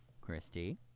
Christy